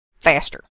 faster